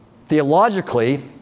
theologically